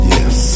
Yes